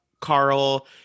Carl